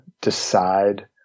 decide